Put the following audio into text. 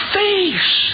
face